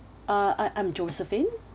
uh I I'm josephine